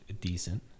decent